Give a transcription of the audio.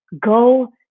go